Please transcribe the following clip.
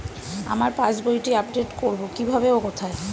আমার পাস বইটি আপ্ডেট কোরবো কীভাবে ও কোথায়?